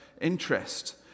interest